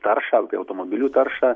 taršą apie automobilių taršą